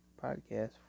podcast